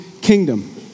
kingdom